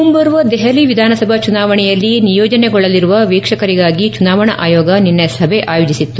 ಮುಂಬರುವ ದೆಹಲಿ ವಿಧಾನಸಭಾ ಚುನಾವಣೆಯಲ್ಲಿ ನೀಯೋಜನೆಗೊಳ್ಳಲಿರುವ ವೀಕ್ಷಕರಿಗಾಗಿ ಚುನಾವಣಾ ಆಯೋಗ ನಿನ್ನ ಸಭೆ ಆಯೋಜಿಸಿತ್ತು